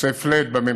קיצוצי flat בממשלה,